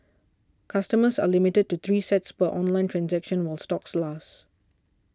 customers are limited to three sets per online transaction while stocks last